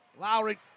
Lowry